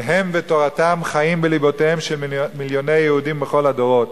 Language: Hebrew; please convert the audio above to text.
כי הם ותורתם חיים בלבותיהם של מיליוני יהודים בכל הדורות.